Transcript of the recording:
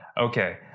okay